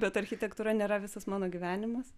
bet architektūra nėra visas mano gyvenimas